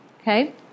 Okay